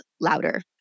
louder